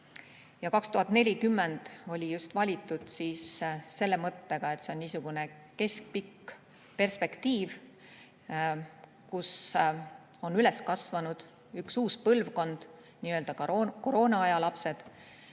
Ja 2040 oli valitud selle mõttega, et see on niisugune keskpikk perspektiiv: üles on kasvanud uus põlvkond, nii-öelda koroonaaja lapsed.